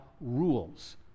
rules